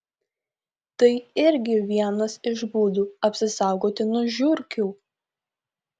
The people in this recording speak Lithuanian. tai irgi vienas iš būdų apsisaugoti nuo žiurkių